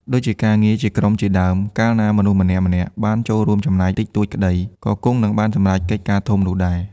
ដូចជាការងារជាក្រុមជាដើម កាលណាមនុស្សម្នាក់ៗបានចូលរួមចំណែកតិចតួចក្តី ក៏គង់នឹងបានសម្រេចកិច្ចការធំនោះដែរ។